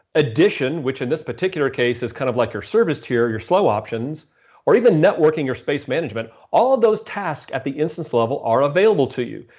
edition which, in this particular case, is kind of like your service tier or your slow options or even networking your space management. all of those tasks at the instance level are available to you.